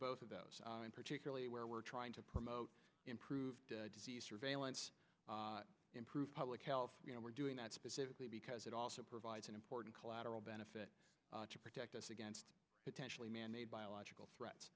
both of those particularly where we're trying to promote improved surveillance improve public health you know we're doing that specifically because it also provides an important collateral benefit to protect us against potentially manmade biological threats